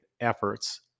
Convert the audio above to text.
efforts